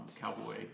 cowboy